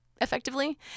effectively